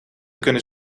kunnen